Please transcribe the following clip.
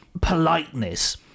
politeness